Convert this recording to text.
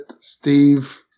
steve